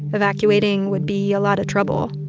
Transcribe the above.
evacuating would be a lot of trouble.